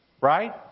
right